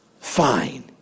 fine